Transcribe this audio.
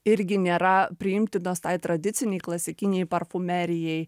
irgi nėra priimtinos tai tradicinei klasikinei parfumerijai